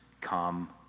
come